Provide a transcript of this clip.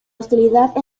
hostilidad